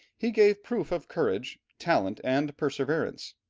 he gave proof of courage, talent, and perseverance.